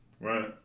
Right